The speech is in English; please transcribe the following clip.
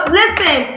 listen